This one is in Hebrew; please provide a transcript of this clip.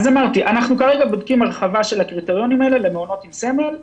אז אמרתי אנחנו כרגע בודקים הרחבה של העניין הזה גם למעונות עם סמל.